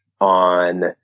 on